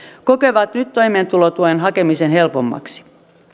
kokevat nyt toimeentulotuen hakemisen helpommaksi